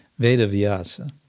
Vedavyasa